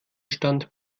stand